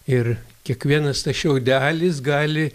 ir kiekvienas šiaudelis gali